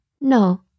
no